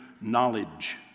knowledge